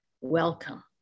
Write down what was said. welcome